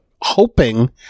hoping